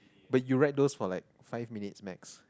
but you write those for like five minutes max